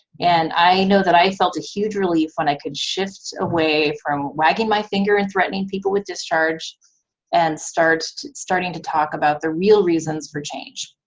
and i know that i felt a huge relief when i could shift away from wagging my finger and threatening people with discharge and starting to starting to talk about the real reasons for change,